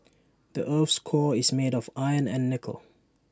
the Earth's core is made of iron and nickel